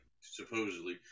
supposedly